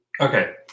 okay